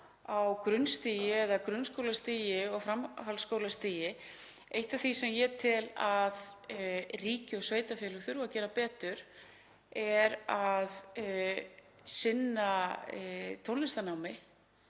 og menntun á grunnskólastigi og framhaldsskólastigi. Eitt af því sem ég tel að ríki og sveitarfélög þurfi að gera betur er að sinna tónlistarnámi,